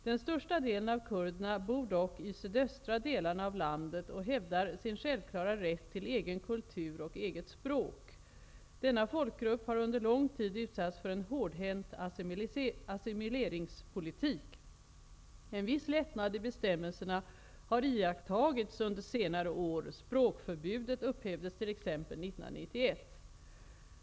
Den största delen av kurderna bor dock i sydöstra delarna av landet och hävdar sin självklara rätt till egen kultur och eget språk. Denna folkgrupp har under lång tid utsatts för en hårdhänt assimileringspolitik. En viss lättnad i bestämmelserna har iakttagits under senare år. Språkförbudet upphävdes t.ex. 1991.